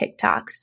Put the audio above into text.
TikToks